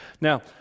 Now